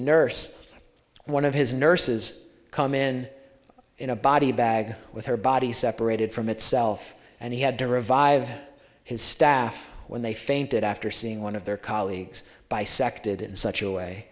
nurse one of his nurses come in in a body bag with her body separated from itself and he had to revive his staff when they fainted after seeing one of their colleagues bisected in such a way